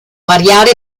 variare